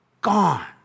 gone